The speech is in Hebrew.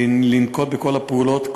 לנקוט את כל הפעולות,